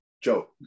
Joe